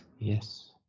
Yes